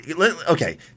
okay